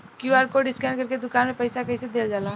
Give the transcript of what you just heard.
QR code scan करके दुकान में पईसा कइसे देल जाला?